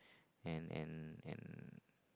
and and and